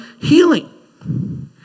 healing